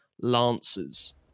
lancers